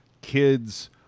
kids